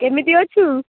କେମିତି ଅଛୁ